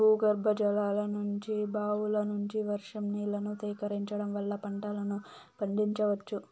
భూగర్భజలాల నుంచి, బావుల నుంచి, వర్షం నీళ్ళను సేకరించడం వల్ల పంటలను పండించవచ్చు